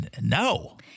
No